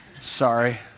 Sorry